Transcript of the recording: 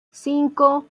cinco